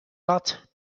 lot